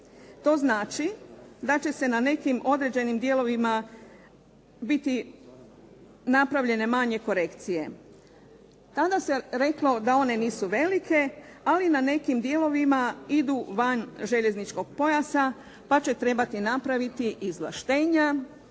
To znači da će na nekim određenim dijelovima biti napravljene manje korekcije. Tada se reklo da one nisu velike, ali na nekim dijelovima idu van željezničkog pojasa pa će trebati napraviti izvlaštenja,